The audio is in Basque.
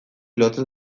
lotzen